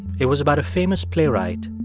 it was about a famous playwright,